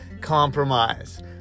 compromise